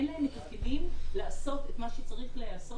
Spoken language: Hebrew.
אין להם את הכלים לעשות את מה שצריך להיעשות